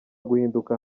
guhinduka